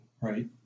right